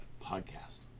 podcast